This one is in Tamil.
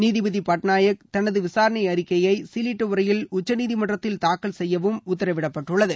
நீதிபதி பட்நாயக் தனது விசாரணை அறிக்கையை சீலிட்ட உரையில் உச்சநீதிமன்றத்தில் தாக்கல் செய்யவும் உத்தரவிடப்பட்டுள்ளது